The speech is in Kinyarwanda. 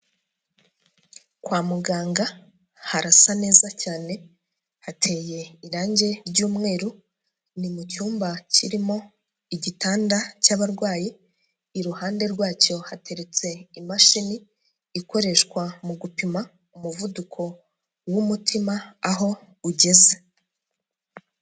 Kwa muganga harasa neza cyane, hateye irange ry'umweru, ni mu cyumba kirimo igitanda cy'abarwayi, iruhande rwacyo hateretse imashini ikoreshwa mu gupima umuvuduko w'umutima aho ugeze.